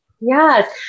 Yes